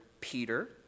Peter